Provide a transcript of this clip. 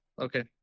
Okay